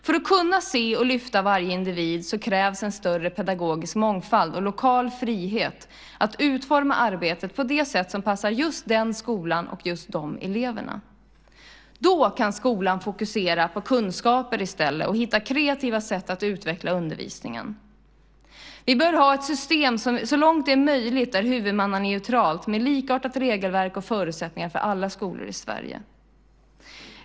För att kunna se och lyfta varje individ krävs en större pedagogisk mångfald och lokal frihet att utforma arbetet på det sätt som passar just en viss skola och just vissa elever. Då kan skolan i stället fokusera på kunskaper och hitta kreativa sätt att utveckla undervisningen. Vi bör ha ett system som så långt det är möjligt är huvudmannaneutralt med likartat regelverk och förutsättningar för alla skolor i Sverige.